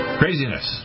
craziness